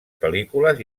pel·lícules